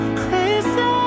crazy